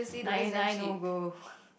ninety nine no go